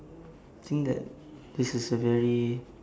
think that this is a very